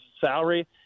salary